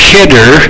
Kidder